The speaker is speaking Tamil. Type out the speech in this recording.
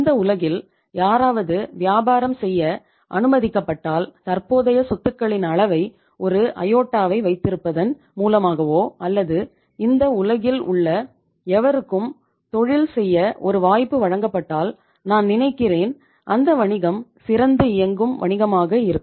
இந்த உலகில் யாராவது வியாபாரம் செய்ய அனுமதிக்கப்பட்டால் தற்போதைய சொத்துக்களின் அளவை ஒரு அயோட்டாவை வைத்திருப்பதன் மூலமாகவோ அல்லது இந்த உலகில் உள்ள எவருக்கும் தொழில் செய்ய ஒரு வாய்ப்பு வழங்கப்பட்டால் நான் நினைக்கிறேன் அந்த வணிகம் சிறந்து இயங்கும் வணிகமாக இருக்கும்